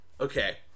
okay